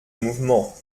mouvement